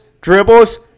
dribbles